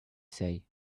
say